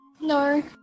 No